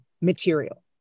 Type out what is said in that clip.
material